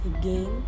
again